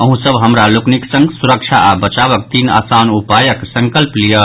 अहूँ सब हमरा लोकनिक संग सुरक्षा आ बचावक तीन आसान उपायक संकल्प लियऽ